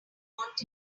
want